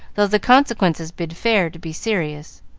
though the consequences bid fair to be serious.